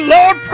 Lord